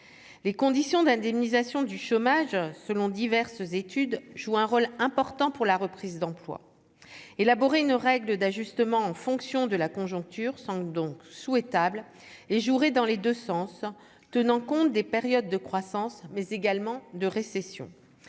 les conditions d'indemnisation du chômage, selon diverses études, joue un rôle important pour la reprise d'emploi élaboré une règle d'ajustement, en fonction de la conjoncture semble donc souhaitable et jouerait dans les 2 sens, tenant compte des périodes de croissance mais également de récession